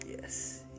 Yes